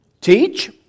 Teach